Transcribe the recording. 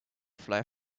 fly